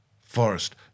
forest